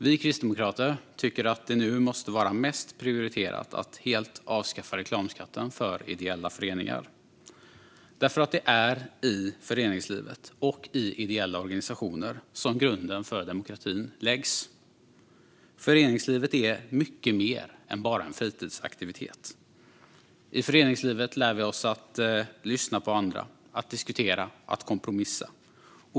Vi kristdemokrater tycker att det nu måste vara mest prioriterat att helt avskaffa reklamskatten för ideella föreningar. Det är nämligen i föreningslivet och i ideella organisationer som grunden för demokratin läggs. Föreningslivet är mycket mer än bara en fritidsaktivitet. I föreningslivet lär vi oss att lyssna på andra, att diskutera och att kompromissa.